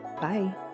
Bye